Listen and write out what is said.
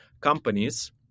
companies